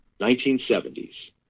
1970s